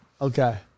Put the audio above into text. Okay